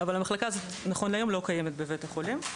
אבל המחלקה הזאת נכון להיום לא קיימת בבית החולים.